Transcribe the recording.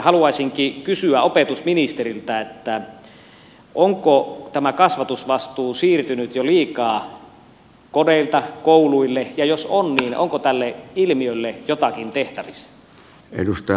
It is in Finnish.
haluaisinkin kysyä opetusministeriltä onko tämä kasvatusvastuu siirtynyt jo liikaa kodeilta kouluille ja jos on niin onko tälle ilmiölle jotakin tehtävissä